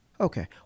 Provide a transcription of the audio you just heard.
Okay